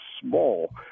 small